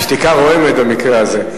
שתיקה רועמת, במקרה הזה.